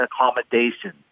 accommodation